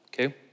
okay